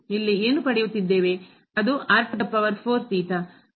ಅದು ಮತ್ತು